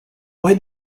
why